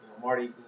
Marty